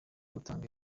gutanga